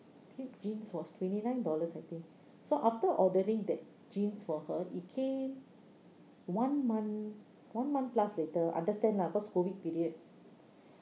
ripped jeans was twenty nine dollars I think so after ordering that jeans for her it came one month one month plus later understand lah cause COVID period